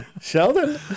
Sheldon